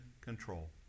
control